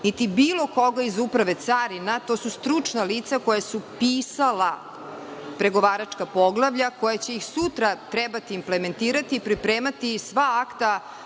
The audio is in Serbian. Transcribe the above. niti bilo koga iz Uprave carina. To su stručna lica koja su pisala pregovaračka poglavlja koja će i sutra trebati implementirati i pripremati sva akta